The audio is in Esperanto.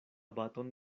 baton